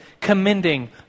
commending